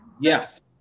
Yes